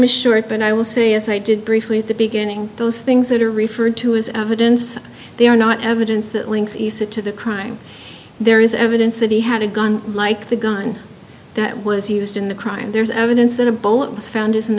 is short but i will say it's i did briefly at the beginning those things that are referred to as evidence they are not evidence that links he said to the crime there is evidence that he had a gun like the gun that was used in the crime there's evidence that a bullet was found is an